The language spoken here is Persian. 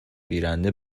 گیرنده